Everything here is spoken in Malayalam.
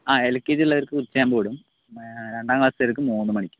ആ എൽകെജിയുള്ളവർക്ക് ഉച്ചയാകുമ്പോൾ വിടും രണ്ടാംക്ലാസ്സുകാർക്ക് മുന്നുമണിക്കും